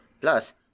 Plus